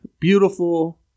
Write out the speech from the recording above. beautiful